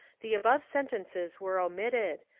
the above sentences were omitted,